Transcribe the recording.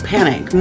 panic